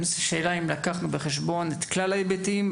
השאלה אם לקחנו בחשבון את כלל ההיבטים.